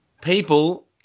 people